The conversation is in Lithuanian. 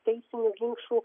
teisinių ginčų